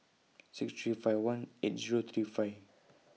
six three five one eight Zero three five